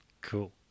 Cool